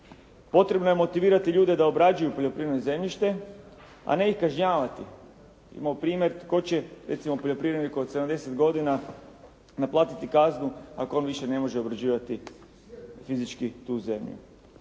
Potrebno je motivirati ljude da obrađuju poljoprivredno, a ne ih kažnjavati. Imamo primjer tko će recimo poljoprivredniku od 70 godina naplatiti kaznu ako on više ne može obrađivati fizički tu zemlju.